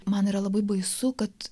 man yra labai baisu kad